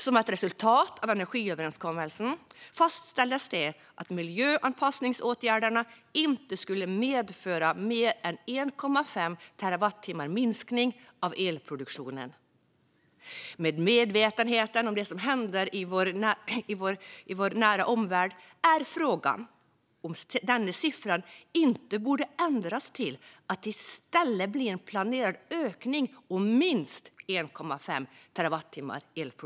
Som ett resultat av energiöverenskommelsen fastställdes att miljöanpassningsåtgärderna inte skulle medföra mer än 1,5 terawattimmars minskning av elproduktionen. Med medvetenheten om det som händer i vår nära omvärld är frågan är om denna siffra inte borde ändras till att i stället bli en planerad ökning om minst 1,5 terawattimmar.